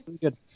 good